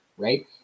Right